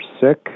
sick